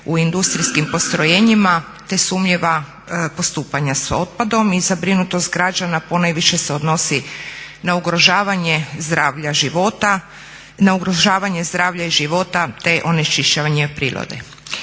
u industrijskim postrojenjima te sumnjiva postupanja s otpadom i zabrinutost građana ponajviše se odnosi na ugrožavanje zdravlja života, na ugrožavanje zdravlja